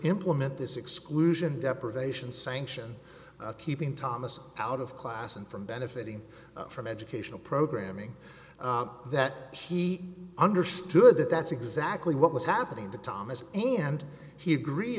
implement this exclusion deprivation sanction keeping thomas out of class and from benefiting from educational programming that he understood that that's exactly what was happening to thomas and he agree